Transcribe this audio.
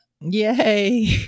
Yay